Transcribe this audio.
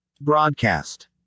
Broadcast